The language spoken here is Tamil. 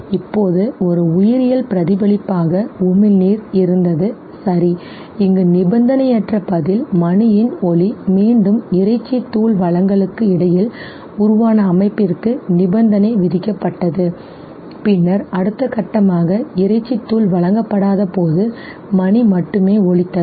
இப்போது ஒரு உயிரியல் பிரதிபலிப்பாக உமிழ்நீர் இருந்தது சரி இங்கு நிபந்தனையற்ற பதில் மணியின் ஒலி மீண்டும் இறைச்சி தூள் வழங்கலுக்கு இடையில் உருவான அமைப்பிற்கு நிபந்தனை விதிக்கப்பட்டது பின்னர் அடுத்த கட்டமாக இறைச்சி தூள் வழங்கப்படாதபோது மணி மட்டுமே ஒலித்தது